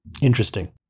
Interesting